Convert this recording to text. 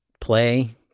play